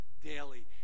daily